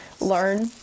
learn